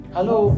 Hello